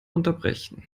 unterbrechen